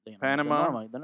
Panama